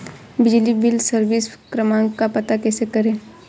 बिजली bill service क्रमांक का पता कैसे करें?